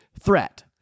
threat